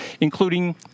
including